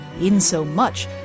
insomuch